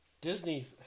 Disney